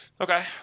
Okay